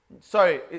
Sorry